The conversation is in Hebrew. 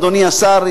אדוני השר,